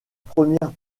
première